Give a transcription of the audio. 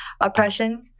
oppression